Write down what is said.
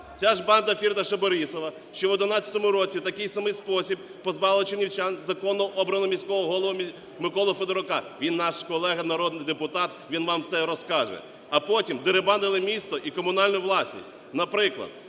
Ця ж банда Фірташа-Борисова ще в 11 році в такий самий спосіб позбавила чернівчан законно обраного міського голову Миколу Федорука. Він наш колега народний депутат, він вам це розкаже. А потім дерибанили місто і комунальну власність. Наприклад,